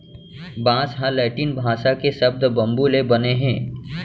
बांस ह लैटिन भासा के सब्द बंबू ले बने हे